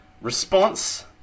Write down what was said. response